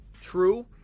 true